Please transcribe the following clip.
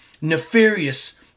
nefarious